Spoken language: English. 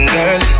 Girl